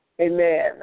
amen